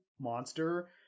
monster